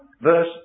Verse